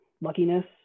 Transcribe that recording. luckiness